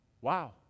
Wow